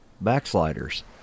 backsliders